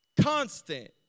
Constant